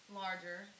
larger